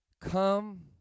come